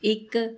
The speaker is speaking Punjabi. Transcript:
ਇੱਕ